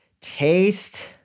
Taste